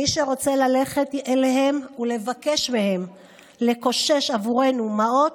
מי שרוצה ללכת אליהם ולבקש מהם לקושש עבורנו מעות,